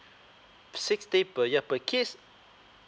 six day per year per kids